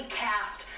cast